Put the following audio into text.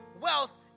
wealth